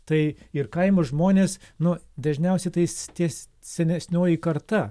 tai ir kaimo žmonės nu dažniausiai tais ties senesnioji karta